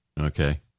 Okay